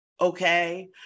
Okay